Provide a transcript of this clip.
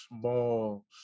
small